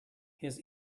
his